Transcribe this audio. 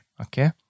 Okay